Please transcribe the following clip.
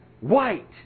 White